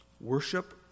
Worship